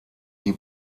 die